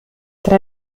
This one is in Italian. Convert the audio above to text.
tra